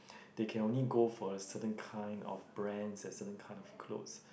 they can only go for a certain kind of brands and a certain kind of clothes